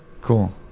Cool